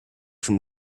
from